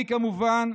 אני, כמובן,